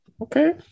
Okay